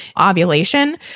ovulation